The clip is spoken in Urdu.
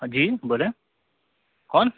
جی بولیں کون